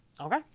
Okay